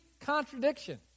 contradiction